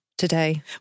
today